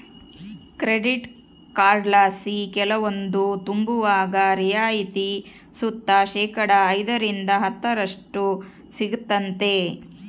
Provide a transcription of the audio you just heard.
credit ಕಾರ್ಡ್ಲಾಸಿ ಕೆಲವೊಂದು ತಾಂಬುವಾಗ ರಿಯಾಯಿತಿ ಸುತ ಶೇಕಡಾ ಐದರಿಂದ ಹತ್ತರಷ್ಟು ಸಿಗ್ತತೆ